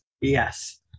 Yes